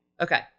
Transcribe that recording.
Okay